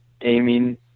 aiming